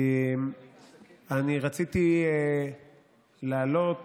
אני רציתי לעלות